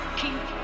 keep